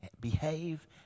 behave